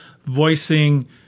voicing